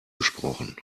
gesprochen